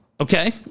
Okay